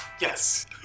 yes